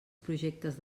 projectes